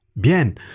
Bien